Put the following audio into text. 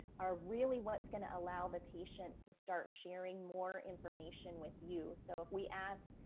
are really, what's going to allow the patient to start sharing more information with you. so if we ask.